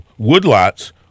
woodlots